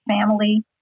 family